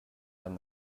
than